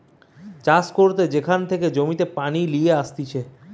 চাষ করতে যেখান থেকে জমিতে পানি লিয়ে আসতিছে